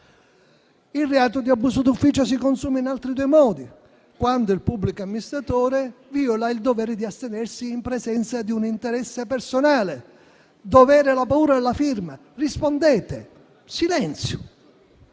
Il reato di abuso d'ufficio si consuma in altri due modi: quando il pubblico amministratore viola il dovere di astenersi in presenza di un interesse personale. Dov'è la paura della firma? Rispondete! Silenzio.